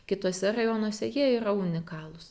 kituose rajonuose jie yra unikalūs